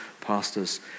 pastors